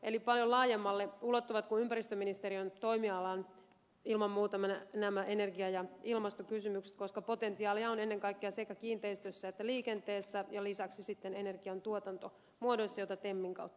eli paljon laajemmalle ulottuvat kuin ympäristöministeriön toimialaan ilman muuta nämä energia ja ilmastokysymykset koska potentiaalia on ennen kaikkea sekä kiinteistöissä että liikenteessä ja lisäksi sitten energian tuotantomuodoissa joita temin kautta rahoitetaan